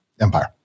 Empire